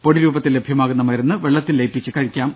പൊടി രൂപത്തിൽ ലഭ്യമാകുന്ന മരുന്ന് വെള്ളത്തിൽ ലയിപ്പിച്ച് കഴിക്കാം